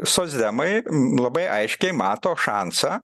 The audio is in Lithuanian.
socdemai labai aiškiai mato šansą